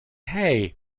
hey